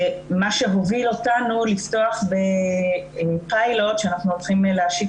מה שהוביל אותנו לפתוח בפיילוט שאנחנו הולכים להשיק